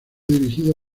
dirigido